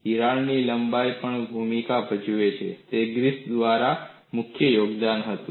તિરાડની લંબાઈ પણ ભૂમિકા ભજવે છે તે ગ્રિફિથ દ્વારા મુખ્ય યોગદાન હતું